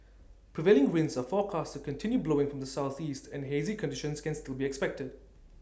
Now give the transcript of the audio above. prevailing winds are forecast to continue blowing from the Southeast and hazy conditions can still be expected